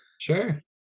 Sure